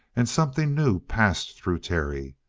and something new passed through terry.